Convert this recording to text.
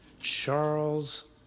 Charles